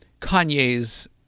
Kanye's